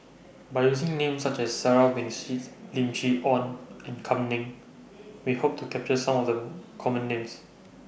By using Names such as Sarah Winstedt Lim Chee Onn and Kam Ning We Hope to capture Some of The Common Names